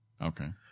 Okay